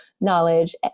knowledge